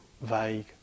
vague